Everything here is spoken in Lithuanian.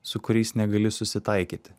su kuriais negali susitaikyti